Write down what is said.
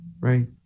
right